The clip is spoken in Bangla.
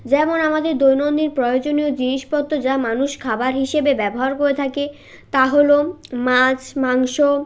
যেমন আমাদের দৈনন্দিন প্রয়োজনীয় জিনিসপত্র যা মানুষ খাবার হিসেবে ব্যবহার করে থাকে তা হল মাছ মাংস